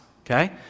okay